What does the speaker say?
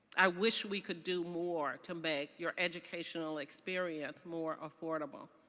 i wish we could do more to make your educational experience more affordable.